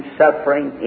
suffering